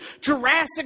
Jurassic